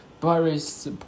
Paris